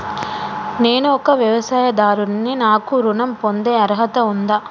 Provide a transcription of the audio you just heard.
నేను ఒక వ్యవసాయదారుడిని నాకు ఋణం పొందే అర్హత ఉందా?